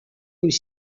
aux